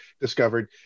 discovered